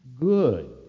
good